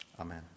Amen